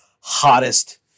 hottest